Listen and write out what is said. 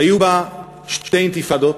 היו בה שתי אינתיפאדות,